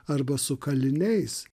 arba su kaliniais